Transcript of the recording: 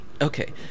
Okay